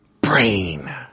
Brain